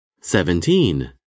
Seventeen